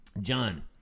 John